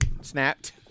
snapped